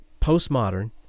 postmodern